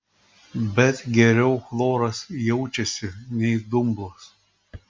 bet geriau chloras jaučiasi nei dumblas